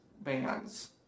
bands